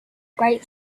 great